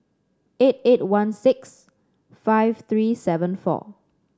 eight eight one six five three seven four